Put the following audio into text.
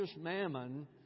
mammon